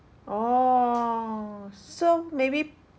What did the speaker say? orh so maybe